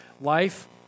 life